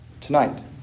tonight